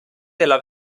della